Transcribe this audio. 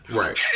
right